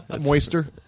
Moister